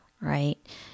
right